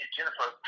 Jennifer